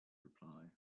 reply